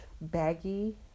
baggy